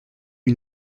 une